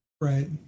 right